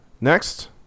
next